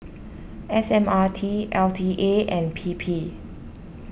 S M R T L T A and P P